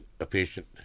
efficient